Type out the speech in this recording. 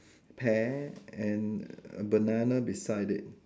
pear and banana beside it